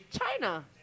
China